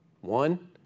One